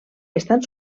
estan